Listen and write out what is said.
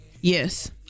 Yes